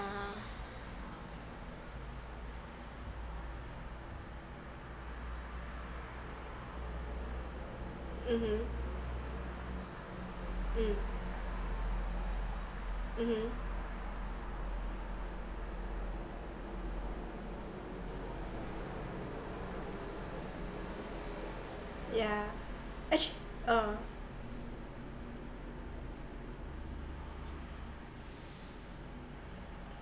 mmhmm mm mmhmm yeah actu~ uh